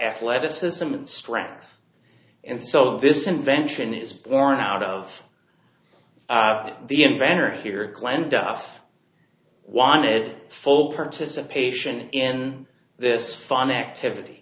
athleticism and strength and so this invention is born out of the inventor here glenn duff wanted full participation in this fun activity